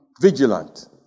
vigilant